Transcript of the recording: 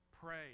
pray